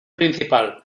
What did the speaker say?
principal